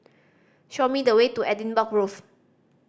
show me the way to Edinburgh Road